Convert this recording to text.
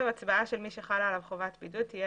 "הצבעה של מי שחלה עליו חובת בידוד תהיה